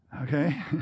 okay